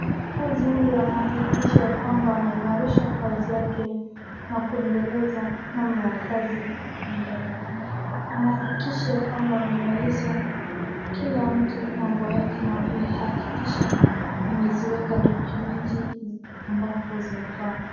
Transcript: Mkaazi huyu anahakikisha kwamba anaimarisha kazi yake na kuendeleza namna ya kazi mbele. Anahakikisha kwamba amemaliza kila mtu mambo yake na kuihakikisha ameweka documenti ambapo zinafaa